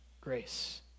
grace